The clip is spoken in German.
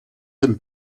den